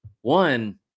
one